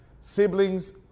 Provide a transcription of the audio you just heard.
siblings